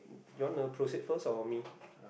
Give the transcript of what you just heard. you want to proceed first or me